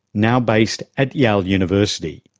now based at yale university.